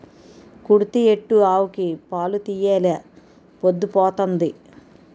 కుడితి ఎట్టు ఆవుకి పాలు తీయెలా పొద్దు పోతంది